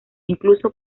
incluso